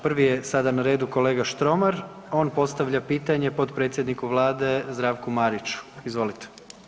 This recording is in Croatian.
Prvi je sada na redu kolega Štromar, on postavlja pitanje potpredsjedniku vlade Zdravku Mariću, izvolite.